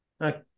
Okay